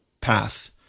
path